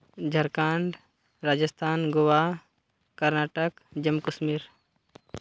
Jharkhand Rajasthan Goa Karnataka Jammu Kashmir